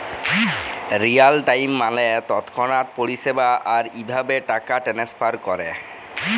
Real time মালে তৎক্ষণাৎ পরিষেবা, আর ইভাবে টাকা টেনেসফার ক্যরে